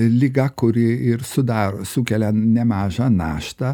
liga kuri ir sudaro sukelia nemažą naštą